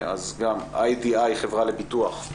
אי.די.איי, חברה לביטוח,